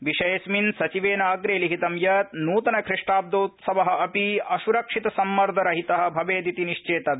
विषयेऽस्मिन् सचिवेन अप्रे लिखितं यत् नूतनख़िष्टाव्दोत्सव अपि असुरक्षितसम्मर्दरहित भवेदिति निश्चेतव्य